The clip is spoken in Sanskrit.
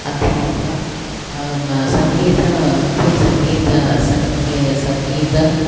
अध्यापिका सङ्गीतमध्ये सङ्गीतं सङ्गीतं सङ्गीतं